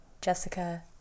Jessica